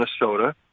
Minnesota